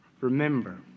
Remember